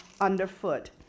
underfoot